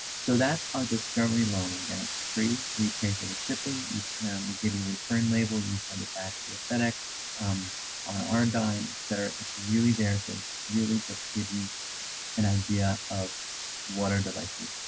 so that's on discovery loan and again, it's free we pay for the shipping when we give you a return label you said the back the fedex um on our dime cetera. it's really there to really just give you an idea of what our devices